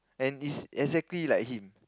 and is exactly like him